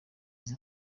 ize